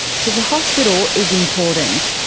so the hospital is important.